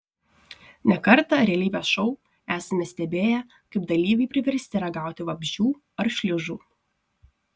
ne kartą realybės šou esame stebėję kaip dalyviai priversti ragauti vabzdžių ar šliužų